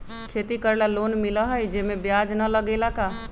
खेती करे ला लोन मिलहई जे में ब्याज न लगेला का?